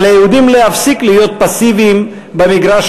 על היהודים להפסיק להיות פסיביים במגרש